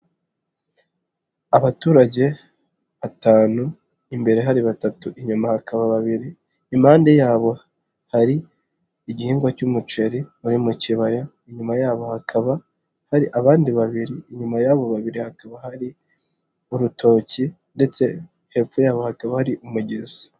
Abaturage batanu imbere hari batatu inyuma hakaba babiri, impande yabo hari igihingwa cy'umuceri uri mu kibaya, inyuma yabo hakaba hari abandi babiri, inyuma yabo babiri hakaba hari urutoki ndetse hepfo yabo hakaba hari umugezi.